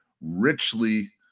richly